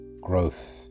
growth